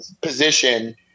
position